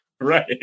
right